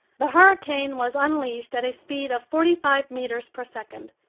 the hurricane was unleashed at a speed of forty-five meters per second,